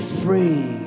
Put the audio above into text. free